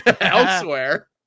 elsewhere